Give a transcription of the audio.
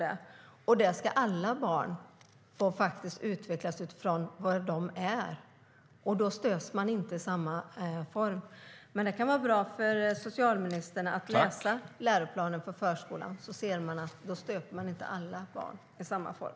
Alla barn ska där få utvecklas utifrån vad de är, och då stöps de inte i samma form. Det kan vara bra för socialministern att läsa läroplanen för förskolan, så att han ser att man inte stöper alla barn i samma form.